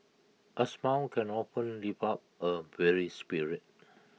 A smile can often lift up A weary spirit